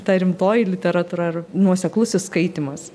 ta rimtoji literatūra ar nuoseklus skaitymas